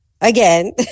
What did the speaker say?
again